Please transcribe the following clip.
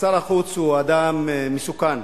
שר החוץ הוא אדם מסוכן,